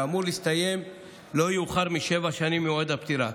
ואמור להסתיים לא יאוחר משבע שנים ממועד הפטירה.